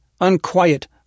unquiet